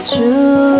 True